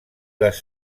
les